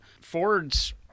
Ford's